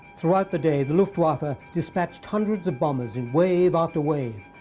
throughout the day the luftwaffe ah dispatched hundreds of bombers in wave after wave,